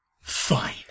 fine